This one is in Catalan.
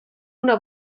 una